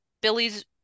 Billy's